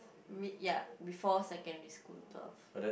b~ ya before secondary school twelve